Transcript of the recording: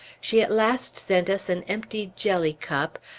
she at last sent us an empty jelly-cup,